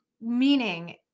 meaning